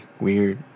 weird